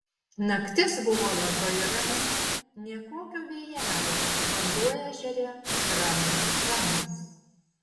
naktis buvo labai rami nė kokio vėjelio vanduo ežere ramus ramus